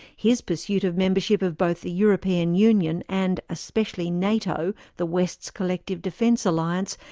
his pursuit of membership of both the european union and especially nato, the west's collective defence alliance,